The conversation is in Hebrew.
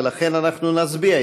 ולכן אנחנו נצביע,